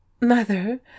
mother